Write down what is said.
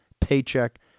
paycheck